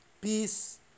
peace